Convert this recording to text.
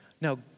Now